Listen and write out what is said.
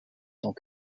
tant